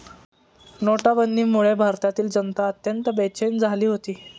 नोटाबंदीमुळे भारतातील जनता अत्यंत बेचैन झाली होती